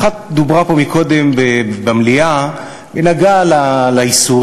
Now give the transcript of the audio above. אחת דובר עליה קודם פה במליאה, והיא נגעה באיסור